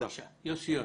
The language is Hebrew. אדוני,